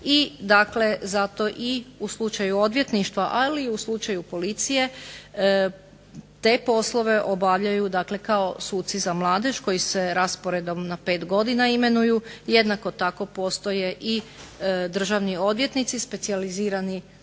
i dakle zato i u slučaju odvjetništva, ali i u slučaju policije te poslove obavljaju dakle kao suci za mladež koji se rasporedom na pet godina imenuju, jednako tako postoje i državni odvjetnici specijalizirani za